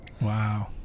wow